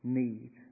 need